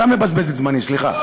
אתה מבזבז את זמני, סליחה.